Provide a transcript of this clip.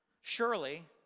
surely